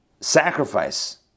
sacrifice